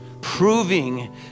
proving